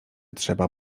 trzeba